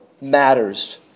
matters